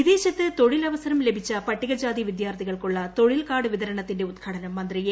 പുറ വിദേശത്ത് തൊഴിൽ അവസ്ത്രി ലഭിച്ച പട്ടിക ജാതി വിദ്യാർത്ഥി കൾക്കുള്ള തൊഴിൽ കാർഡ്പ് ്ഷിതരണത്തിന്റെ ഉദ്ഘാടനം മന്ത്രി ബാലൻ എ